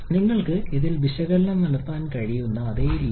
നിങ്ങൾക്ക് ഇതിന്റെ വിശകലനം നടത്താൻ കഴിയുന്ന അതേ രീതിയിൽ